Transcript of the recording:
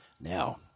Now